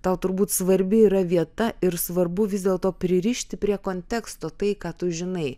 tau turbūt svarbi yra vieta ir svarbu vis dėlto pririšti prie konteksto tai ką tu žinai